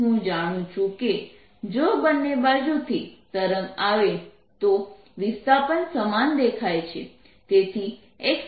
હું જાણું છું કે જો બંને બાજુથી તરંગ આવે તો વિસ્થાપન સમાન દેખાશે